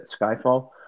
Skyfall